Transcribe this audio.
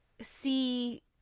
see